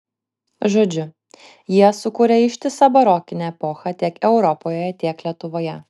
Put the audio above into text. žodžiu jie sukūrė ištisą barokinę epochą tiek europoje tiek lietuvoje